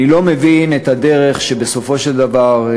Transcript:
אני לא מבין את הדרך שבסופו של דבר,